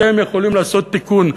אתם יכולים לעשות תיקון,